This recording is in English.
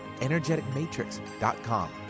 energeticmatrix.com